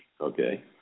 okay